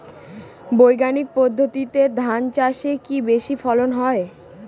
বৈজ্ঞানিক পদ্ধতিতে ধান চাষে কি বেশী ফলন হয়?